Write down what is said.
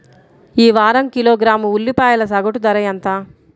ఈ వారం కిలోగ్రాము ఉల్లిపాయల సగటు ధర ఎంత?